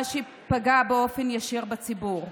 מה שפגע באופן ישיר בציבור.